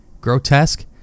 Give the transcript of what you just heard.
grotesque